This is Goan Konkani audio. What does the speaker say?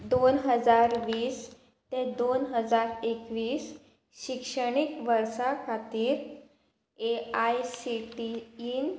दोन हजार वीस ते दोन हजार एकवीस शिक्षणीक वर्सा खातीर A I C T in